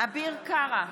אביר קארה,